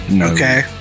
Okay